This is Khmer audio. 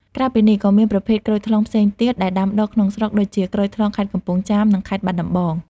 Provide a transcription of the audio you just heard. ក្រៅពីនេះ ក៏មានប្រភេទក្រូចថ្លុងផ្សេងទៀតដែលដាំដុះក្នុងស្រុកដូចជា ក្រូចថ្លុងនៅខេត្តកំពង់ចាម និងខេត្តបាត់ដំបង។